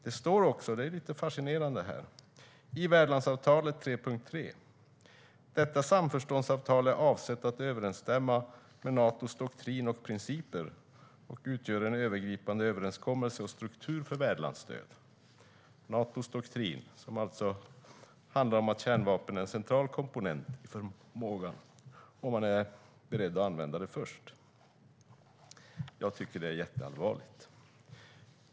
Det står också - det är lite fascinerande - i samförståndsavtalet 3.3: "Detta samförståndsavtal är avsett att överensstämma med Natos doktrin och principer och utgör en övergripande överenskommelse och struktur för värdlandsstöd." Det är alltså Natos doktrin som handlar om att kärnvapen är en central förmåga och att man är beredd att använda den först. Jag tycker att det är jätteallvarligt.